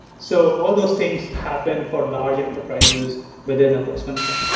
so all those things happen for large enterprises within a postman account.